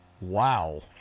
Wow